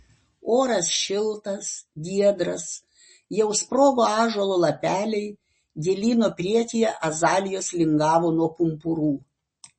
oras šiltas giedras jau sprogo ąžuolo lapeliai gėlyno priekyje azalijos lingavo nuo pumpurų